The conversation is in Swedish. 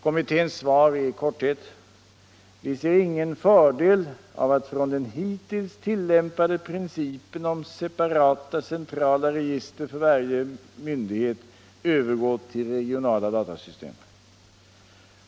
Kommitténs svar är i korthet: Vi ser ingen fördel av att från den hittills tillämpade principen om separata centrala register för varje myndighet övergå till regionala datasystem.